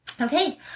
Okay